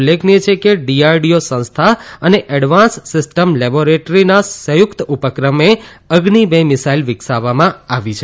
ઉલ્લેખનીય છે કે ડીઆરડીઓ સંસ્થા અને એડવાન્સ સિસ્ટમ લેબોરેટરીના સંયુકત ઉપક્રમે અગ્નિ બે મિસાઇલ વિકસાવવામાં આવી છે